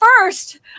first